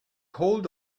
hold